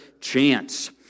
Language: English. chance